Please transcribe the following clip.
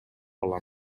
алам